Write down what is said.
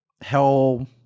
hell